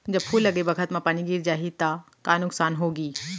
जब फूल लगे बखत म पानी गिर जाही त का नुकसान होगी?